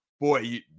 boy